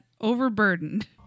Overburdened